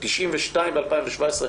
92 ב-2017.